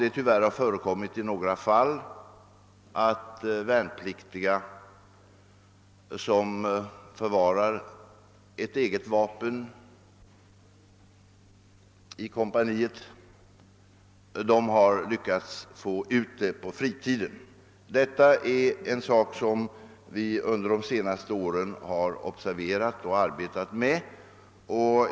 Det har tyvärr också förekommit i några fall att värnpliktiga som inom kompaniet förvarar egna vapen har lyckats få med sig dessa på fritiden. Detta är en fråga som vi under de senaste åren har observerat och arbetat med.